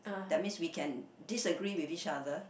that's mean we can disagree with each other